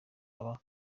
aba